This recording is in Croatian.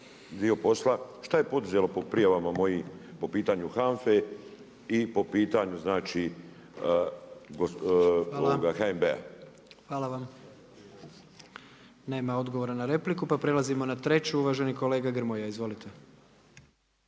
dio posla, šta je poduzelo po prijavama mojim po pitanju HANFA-e i po pitanju HNB-a. **Jandroković, Gordan (HDZ)** Hvala vam. Nema odgovora na repliku pa prelazimo na treću, uvaženi kolega Grmoja. Izvolite.